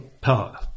power